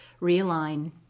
realign